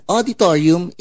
Auditorium